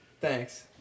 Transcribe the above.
Thanks